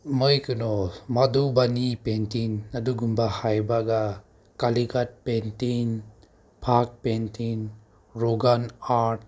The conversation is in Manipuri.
ꯃꯣꯏ ꯀꯩꯅꯣ ꯃꯗꯨꯕꯅꯤ ꯄꯦꯟꯇꯤꯡ ꯑꯗꯨꯒꯨꯝꯕ ꯍꯥꯏꯕꯒ Kalighat painting Phad painting Rogan art